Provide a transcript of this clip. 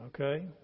okay